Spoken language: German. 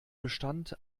bestand